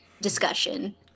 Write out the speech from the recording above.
discussion